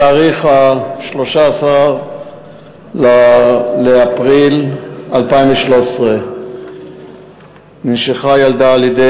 בתאריך 13 באפריל 2013 ננשכה ילדה על-ידי